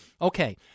Okay